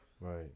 Right